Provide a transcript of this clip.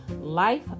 Life